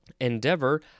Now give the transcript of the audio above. Endeavor